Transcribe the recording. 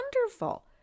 wonderful